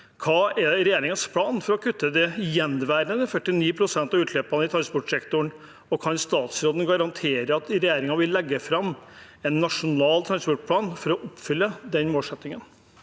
Hva er regjeringens plan for å kutte de gjenværende 49 pst. av utslippene i transportsektoren, og kan statsråden garantere at regjeringen vil legge fram en nasjonal transportplan for å oppfylle den målsettingen?